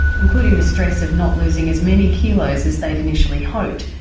including the stress of not losing as many kilos as they initially hoped,